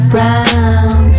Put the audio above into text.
Brown